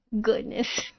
Goodness